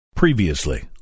Previously